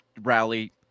rally